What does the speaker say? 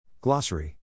Glossary